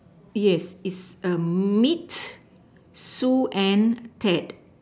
yes it's um meet Sue Ann at